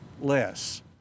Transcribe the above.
less